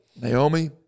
Naomi